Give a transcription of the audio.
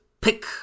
pick